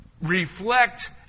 reflect